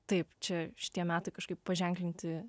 taip čia šitie metai kažkaip paženklinti